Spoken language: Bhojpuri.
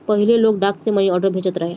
पहिले लोग डाक से मनीआर्डर भेजत रहे